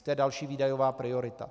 To je další výdajová priorita.